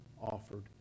offered